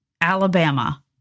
Alabama